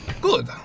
Good